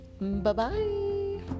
Bye-bye